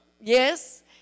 Yes